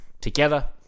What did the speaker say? together